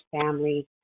family